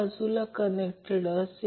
5 आहे तर उत्तर 125 असेल